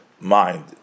mind